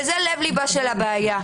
זה לב ליבה של הבעיה.